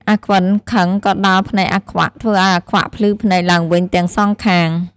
អាខ្វិនខឹងក៏ដាល់ភ្នែកអាខ្វាក់ ធ្វើឱ្យអាខ្វាក់ភ្លឺភ្នែកឡើងវិញទាំងសងខាង ។